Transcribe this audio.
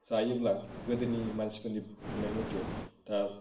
जायोब्ला गोदोनि मानसिफोरनि बुंनाय मथे दा